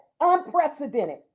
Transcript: unprecedented